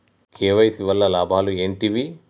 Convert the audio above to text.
KYC వల్ల లాభాలు ఏంటివి?